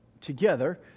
together